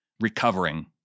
recovering